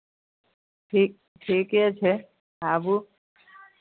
ठीक ठीके छै आबू